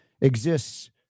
exists